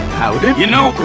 how did you know?